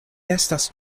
estas